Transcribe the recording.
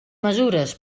mesures